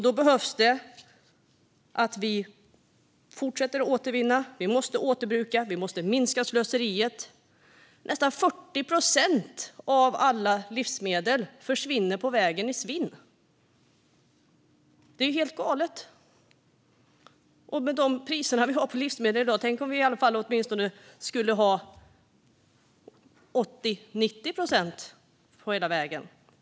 Då behöver vi fortsätta återvinna. Vi måste återbruka. Vi måste minska slöseriet. Nästan 40 procent av alla livsmedel blir matsvinn. Det är helt galet, också med tanke på de priser vi har på livsmedel i dag. Tänk om vi åtminstone skulle använda 80-90 procent av livsmedlen.